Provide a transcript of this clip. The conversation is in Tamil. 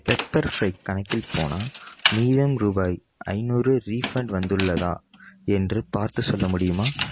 பெப்பர் ஃப்ரை கணக்கில் போனால் மீதம் ரூபாய் ஐநூறு ரீஃபண்ட் வந்துள்ளதா என்று பார்த்துச் சொல்ல முடியுமா